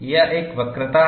यह एक वक्रता है